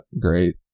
great